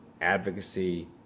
advocacy